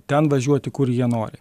ten važiuoti kur jie nori